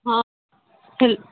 हँ की